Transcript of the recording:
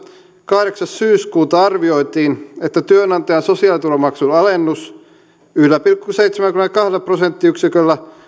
kahdeksas syyskuuta arvioitiin että työnantajan sosiaaliturvamaksun alennus yhdellä pilkku seitsemälläkymmenelläkahdella prosenttiyksiköllä